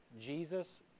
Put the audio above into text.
Jesus